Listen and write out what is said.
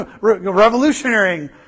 revolutionary